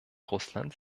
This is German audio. russland